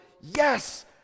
yes